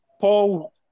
Paul